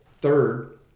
third